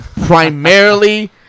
primarily